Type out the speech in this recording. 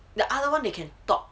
the other one they can talk